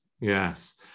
Yes